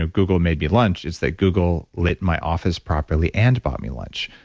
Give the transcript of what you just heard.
ah google made me lunch. it's that, google lit my office properly and bought me lunch.